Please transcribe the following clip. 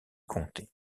comptait